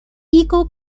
eco